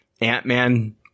Ant-Man